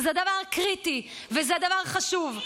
זה דבר קריטי וזה דבר חשוב.